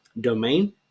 domain